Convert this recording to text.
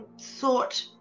thought